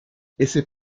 ese